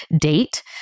date